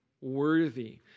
Worthy